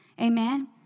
Amen